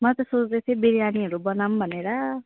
म त सोच्दै थिएँ बिरयानीहरू बनाऔँ भनेर